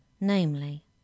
namely